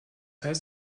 heißt